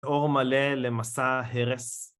אור מלא למסע הרס.